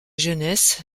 jeunesse